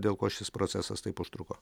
dėl ko šis procesas taip užtruko